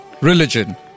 religion